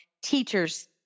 teachers